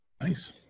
Nice